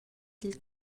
dil